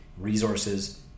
resources